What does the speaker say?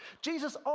Jesus